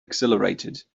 exhilarated